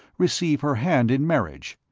receive her hand in marriage.